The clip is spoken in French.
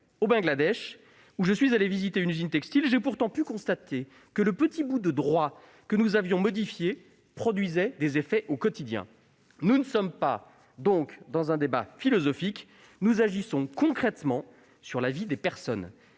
au Bangladesh, où je suis allé visiter une usine textile, j'ai pu constater que le petit bout de droit que nous avions modifié produisait des effets au quotidien. Nous ne sommes donc pas dans un débat philosophique, nous agissons concrètement sur la vie des personnes.